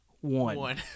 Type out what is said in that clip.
One